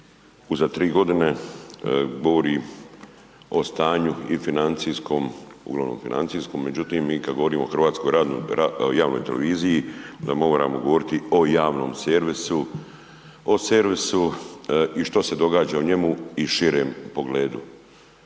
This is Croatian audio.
uza tri godine govori o stanju, i financijskom, uglavnom financijskom, međutim mi kad govorimo o hrvatskoj javnoj televiziji onda moramo govoriti o javnom servisu, o servisu, i što se događa u njemu, i širem pogledu.